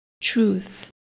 truth